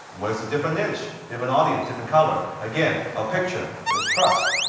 works a different niche. different audience, different color. again, a picture builds trust.